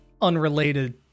unrelated